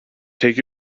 take